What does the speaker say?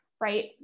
right